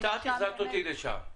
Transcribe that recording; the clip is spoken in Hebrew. את החזרת אותי לשם.